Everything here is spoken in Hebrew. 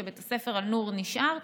שבית הספר אלנור נשאר,